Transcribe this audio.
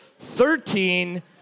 thirteen